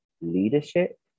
leadership